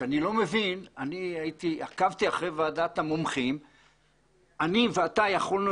שאני לא מבין - אני עקבתי אחרי ועדת המומחים ואני ואתה יכולנו